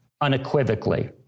unequivocally